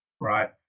right